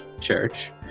church